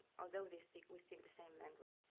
although they speak, we speak the same language.